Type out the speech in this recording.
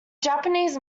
japanese